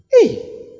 Hey